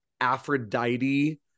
Aphrodite